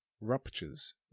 ruptures